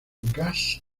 gas